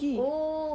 oh